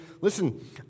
listen